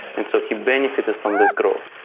and so he benefited from this growth.